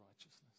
righteousness